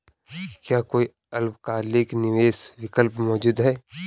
क्या कोई अल्पकालिक निवेश विकल्प मौजूद है?